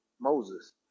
Moses